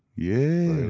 yeah.